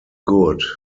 good